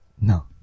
No